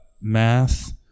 math